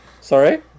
Sorry